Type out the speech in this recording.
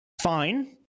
fine